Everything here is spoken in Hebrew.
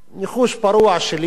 ניחוש פרוע שלי,